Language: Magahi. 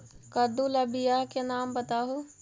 कददु ला बियाह के नाम बताहु?